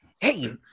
Hey